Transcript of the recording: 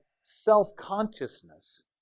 self-consciousness